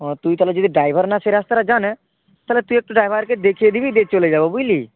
ও তুই তাহলে যদি ড্রাইভার না সে রাস্তাটা জানে তাহলে তুই একটু ড্রাইভারকে দেখিয়ে দিবি দিয়ে চলে যাব বুঝলি